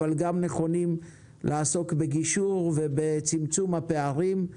אבל גם נכונים לעסוק בגישור ובצמצום הפערים.